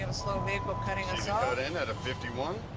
and slow vehicle cutting at and at a fifty one.